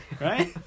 Right